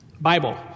Bible